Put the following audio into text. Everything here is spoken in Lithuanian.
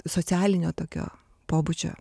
socialinio tokio pobūdžio